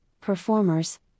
performers